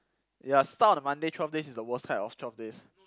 ya start of the Monday twelve days is the worst kind of twelve days